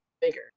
bigger